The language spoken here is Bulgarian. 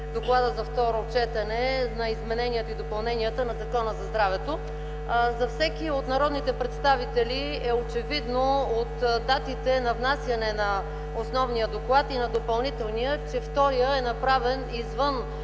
доклада за второ четене на измененията и допълненията на Закона за здравето. За всеки от народните представители е очевидно – от датите на внасяне на основния и на допълнителния доклад, че вторият е направен извън